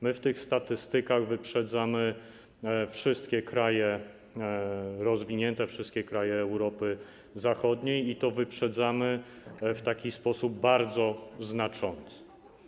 My w tych statystykach wyprzedzamy wszystkie kraje rozwinięte, wszystkie kraje Europy Zachodniej, i to wyprzedzamy w sposób bardzo znaczący.